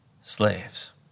slaves